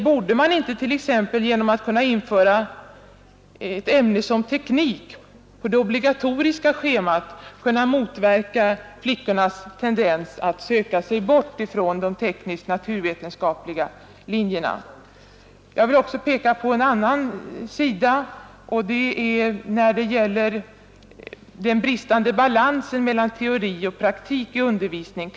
Borde man inte genom att t.ex. införa ett ämne som teknik på det obligatoriska schemat kunna motverka flickornas tendens att söka sig bort från de teknisk-naturvetenskapliga linjerna? Jag vill också peka på en annan sida, nämligen den bristande balansen mellan teori och praktik i undervisningen.